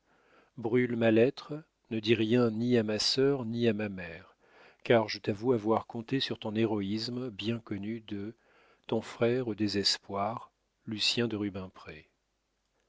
brûle ma lettre ne dis rien ni à ma sœur ni à ma mère car je t'avoue avoir compté sur ton héroïsme bien connu de ton frère au désespoir lucien de rubempré